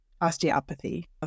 osteopathy